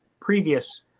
previous